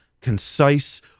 concise